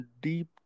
deep